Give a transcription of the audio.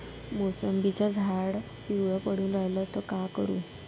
मोसंबीचं झाड पिवळं पडून रायलं त का करू?